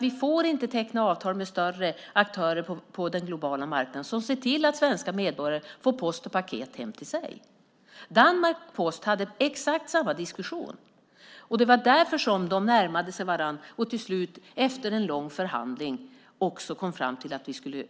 Vi får inte teckna avtal med större aktörer på den globala marknaden som ser till att svenska medborgare får post och paket hem till sig. Post Danmark hade exakt samma diskussion. Därför närmade de sig varandra och kom till slut, efter en lång förhandling, fram till att vi skulle